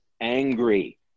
angry